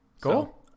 Cool